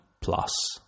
plus